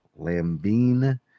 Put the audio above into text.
Lambine